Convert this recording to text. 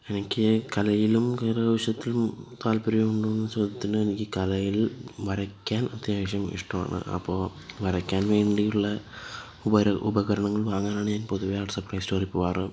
എനിക്ക് കലയിലും കരകൗശലത്തിലും താത്പര്യമുണ്ടോ എന്ന ചോദ്യത്തിന് എനിക്ക് കലയില് വരയ്ക്കാന് അത്യാവശ്യം ഇഷ്ടമാണ് അപ്പോൾ വരയ്ക്കാന് വേണ്ടിയുള്ള ഉപക ഉപകരണങ്ങള് വാങ്ങാനാണ് ഞാന് പൊതുവേ ആർട്ട് സപ്ലൈസ് സ്റ്റോറില് പോകാറ്